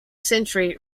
century